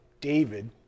David